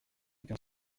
qu’un